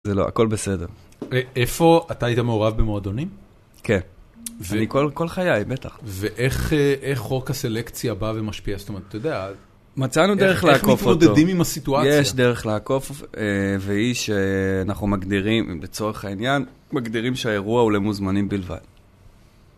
זה לא, הכל בסדר. איפה, אתה היית מעורב במועדונים? כן. אני כל חיי, בטח. ואיך חוק הסלקציה בא ומשפיע? זאת אומרת, אתה יודע, אז... מצאנו דרך לעקוף אותו. איך מתמודדים עם הסיטואציה? יש דרך לעקוף, ואיש שאנחנו מגדירים, אם בצורך העניין, מגדירים שהאירוע הוא למוזמנים בלבד.